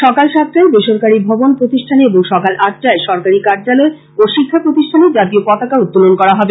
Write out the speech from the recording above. সকাল সাতটায় বেসরকারী ভবন প্রতিষ্ঠানে এবং সকাল আটটায় সরকারী কার্য্যলয় ও শিক্ষা প্রতিষ্ঠানে জাতীয় পতাকা উত্তোলন করা হবে